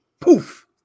poof